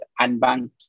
unbanked